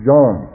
John